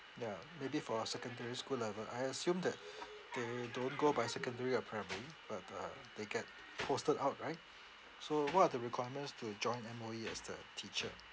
yeah maybe for a secondary school level I assume that they don't go by secondary or primary but uh they get posted out right so what are the requirements to join M_O_E as the teacher